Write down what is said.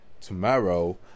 tomorrow